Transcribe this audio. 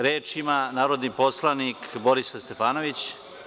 Reč ima narodni poslanik Borislav Stefanović.